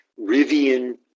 Rivian